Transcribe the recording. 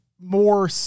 more